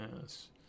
yes